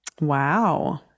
Wow